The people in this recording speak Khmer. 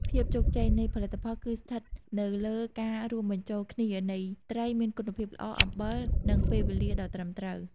ភាពជោគជ័យ នៃផលិតផលគឺស្ថិតនៅលើការរួមបញ្ចូលគ្នានៃត្រីមានគុណភាពល្អ អំបិល និងពេលវេលាដ៏ត្រឹមត្រូវ។